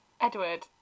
Edward